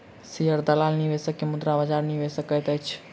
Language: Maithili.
शेयर दलाल निवेशक के मुद्रा बजार निवेश करैत अछि